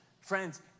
friends